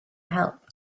help